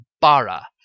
bara